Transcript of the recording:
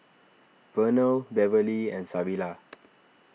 Vernell Beverlee and Savilla